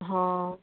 ହଁ